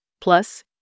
plus